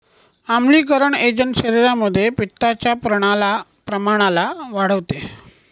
आम्लीकरण एजंट शरीरामध्ये पित्ताच्या प्रमाणाला वाढवते